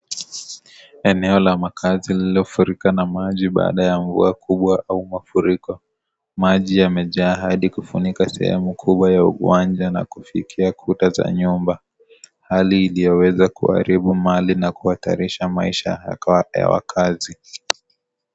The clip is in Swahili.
Eneo la makazi lililofurika na maji baada ya mvua kubwa au mafuriko, maji yamejaa hadi kufunika sehwmu kubwa ya uwanja na kufikia ukuta za nyumba, hali iliyoweza kuharibu mali na kuhatarisha maisha ya wakazi.